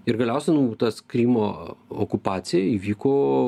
ir galiausia tas krymo okupacija įvyko